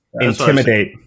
intimidate